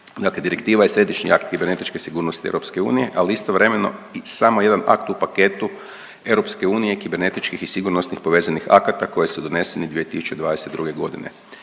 Dakle, direktiva je središnji akte kibernetičke sigurnosti EU, ali istovremeno i samo jedan akt u paketu EU kibernetičkih i sigurnosnih povezanih akata koji su doneseni 2022.g..